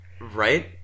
right